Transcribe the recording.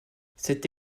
cette